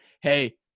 hey